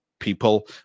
people